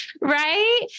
right